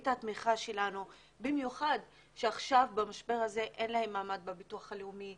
את התמיכה שלנו במיוחד שבמשבר הזה אין לה מעמד בביטוח הלאומי,